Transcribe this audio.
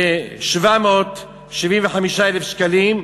ל-775,000 שקלים,